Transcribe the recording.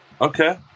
okay